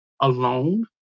alone